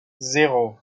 zéro